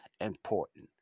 important